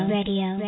Radio